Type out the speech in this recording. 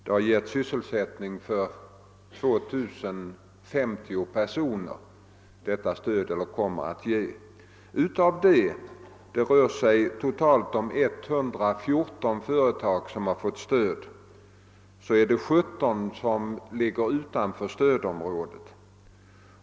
Detta stöd har gett eller kommer att ge sysselsättning åt 2 050 personer. Totalt har 114 företag fått sådant stöd och av dem ligger 17 utanför stödområdet.